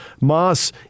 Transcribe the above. Moss